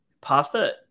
Pasta